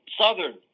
Southern